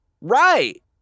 Right